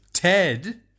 Ted